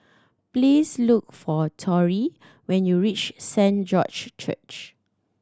please look for Torry when you reach Saint George Church